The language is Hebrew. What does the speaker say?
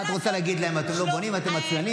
מה את רוצה, להגיד להם: אתם לא בונים, אתם עצלנים?